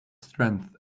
strength